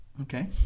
Okay